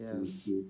Yes